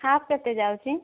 half କେତେ ଯାଉଛି